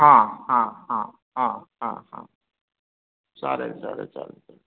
हां हां हां हां हां हां चालेल चालेल चालेल चालेल